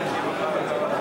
אבל נוהג,